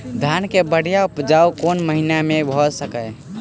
धान केँ बढ़िया उपजाउ कोण महीना मे भऽ सकैय?